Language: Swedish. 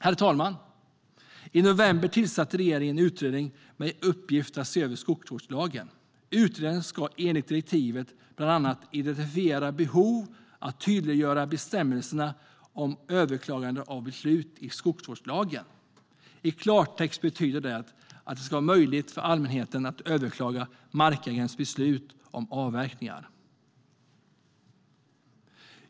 Herr talman! I november tillsatte regeringen en utredning med uppgift att se över skogsvårdslagen. Utredaren ska enligt direktivet bland annat "identifiera behov av att tydliggöra bestämmelserna om överklagande av beslut i skogsvårdslagen". I klartext betyder det att det ska vara möjligt för allmänheten att överklaga markägarens beslut om avverkningar.